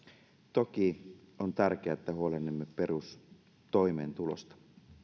toki on tärkeää että huolehdimme perustoimeentulosta